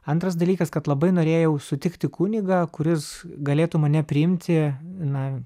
antras dalykas kad labai norėjau sutikti kunigą kuris galėtų mane priimti na